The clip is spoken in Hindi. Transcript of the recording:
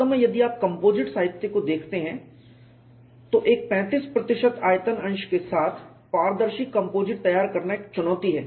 वास्तव में यदि आप कंपोजिट साहित्य को देखते हैं तो एक 35 प्रतिशत आयतन अंश के साथ पारदर्शी कंपोजिट तैयार करना एक चुनौती है